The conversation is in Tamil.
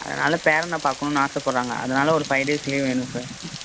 அதனால் பேரனை பார்க்கணுன்னு ஆசைப்படறாங்க அதனால் ஒரு ஃபை டேஸ் லீவ் வேணும் சார்